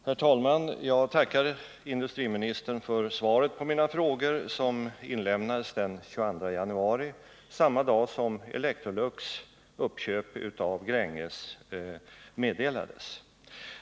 Herr talman! Jag tackar industriministern för svaret på min fråga som inlämnades den 22 januari, samma dag som Electrolux uppköp av Gränges meddelades.